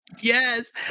yes